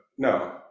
No